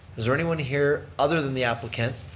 is there anyone here other than the applicant